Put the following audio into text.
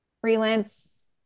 freelance